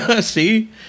See